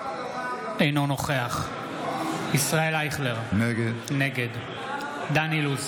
אינו נוכח ישראל אייכלר, נגד דן אילוז,